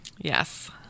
yes